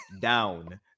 down